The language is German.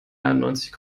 neunzig